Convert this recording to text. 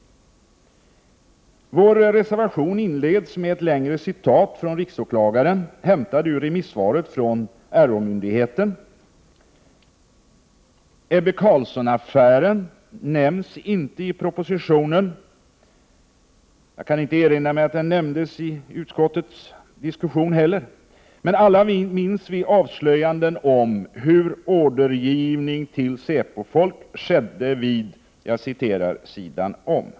Vår reservation inleds med ett längre citat från riksåklagaren, hämtat ur remissvaret från RÅ-myndigheten. Ebbe Carlsson-affären nämns inte i propositionen. Jag kan inte erinra mig att den nämndes i utskottets diskussion heller. Men alla minns vi avslöjanden 115 Prot. 1988/89:120 om hur ordergivning till säpofolk skedde ”vid sidan om”.